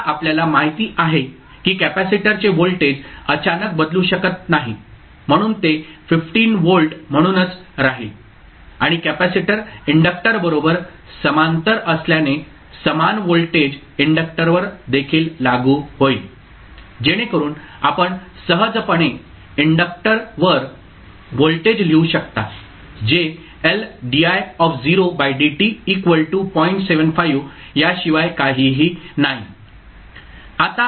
आता आपल्याला माहिती आहे की कपॅसिटरचे व्होल्टेज अचानक बदलू शकत नाही म्हणून ते 15 व्होल्ट म्हणूनच राहील आणि कॅपेसिटर इंडक्टर बरोबर समांतर असल्याने समान व्होल्टेज इंडक्टरवर देखील लागू होईल जेणेकरून आपण सहजपणे इंडक्टरवर व्होल्टेज लिहू शकता जे याशिवाय काहीही नाही